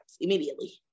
immediately